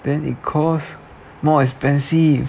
then it costs more expensive